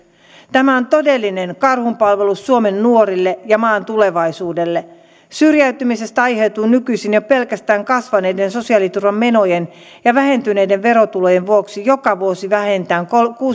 tämä on todellinen karhunpalvelus suomen nuorille ja maan tulevaisuudelle syrjäytymisestä aiheutuu nykyisin jo pelkästään kasvaneiden sosiaaliturvamenojen ja vähentyneiden verotulojen vuoksi joka vuosi vähintään